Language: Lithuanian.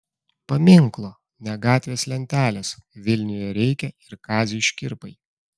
paminklo ne gatvės lentelės vilniuje reikia ir kaziui škirpai